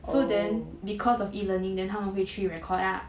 so then because of e-learning then 他们会去 record lah